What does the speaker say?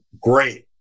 great